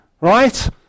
Right